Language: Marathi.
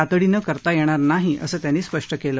तातडीनं करता येणार नाही असं त्यांनी स्पष्ट केलं